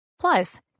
plus